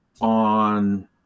on